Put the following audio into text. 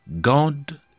God